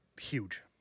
huge